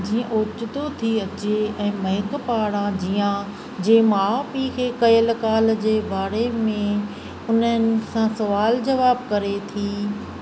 जीअ ओचितो थी अचे ऐं महक पारां जिया जे माउ पिउ खे कयलु कॉल जे बारे में उन्हनि सां सुवाल जुवाब करे थी